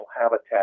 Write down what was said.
habitat